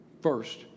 First